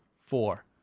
four